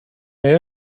may